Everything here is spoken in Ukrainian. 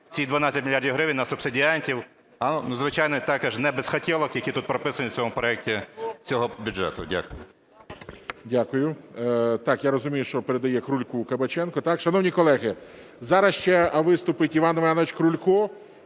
ці 12 мільярдів гривень на субсидіантів, а, звичайно, також не без "хотєлок", які тут прописані в цьому проекті цього бюджету. Дякую. ГОЛОВУЮЧИЙ. Дякую. Я розумію, що передає Крульку Кабаченко. Шановні колеги, зараз ще виступить Іван Іванович Крулько,